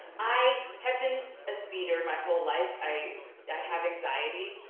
i have been so a speeder my whole life, i have anxiety.